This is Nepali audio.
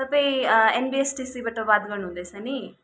तपाईँ इनबिएसटिसीबाट बात गर्नुहुँदैछ नि